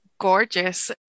gorgeous